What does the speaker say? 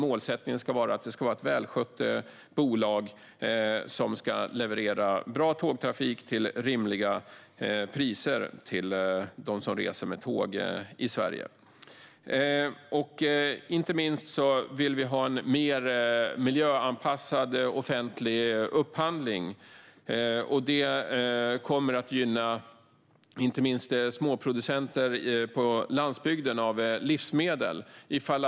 Målsättningen ska vara att SJ är ett välskött bolag som levererar bra tågtrafik till rimliga priser för dem som reser med tåg i Sverige. Vi vill ha en mer miljöanpassad offentlig upphandling, vilket inte minst kommer att gynna småproducenter av livsmedel på landsbygden.